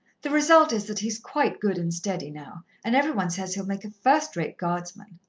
the result is that he's quite good and steady now, and every one says he'll make a first-rate guardsman.